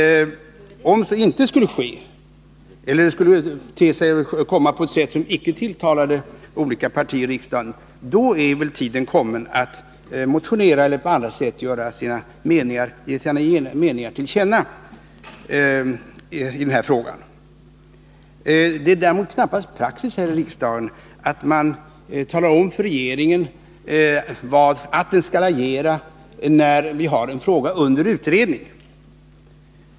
Om så inte skulle ske eller om det skulle ske på ett sätt som inte tilltalar de olika partierna i riksdagen, då är tiden kommen för dem som har avvikande mening att motionera eller på annat sätt ge sina uppfattningar till känna i den här frågan. Det är knappast praxis att man här i riksdagen talar om för regeringen att den skall agera i en fråga som är under utredning.